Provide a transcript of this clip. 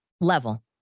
level